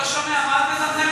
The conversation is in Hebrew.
לא שומע, מה את ממלמלת?